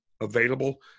available